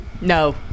No